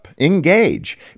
Engage